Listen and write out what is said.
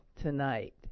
tonight